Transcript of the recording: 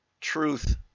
truth